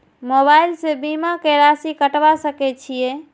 Mobile से बीमा के राशि कटवा सके छिऐ?